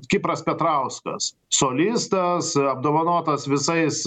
kipras petrauskas solistas apdovanotas visais